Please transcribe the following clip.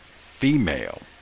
female